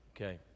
Okay